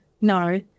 No